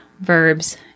verbs